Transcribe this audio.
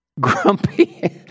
Grumpy